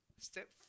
Step